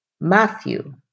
Matthew